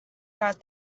got